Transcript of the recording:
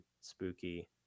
spooky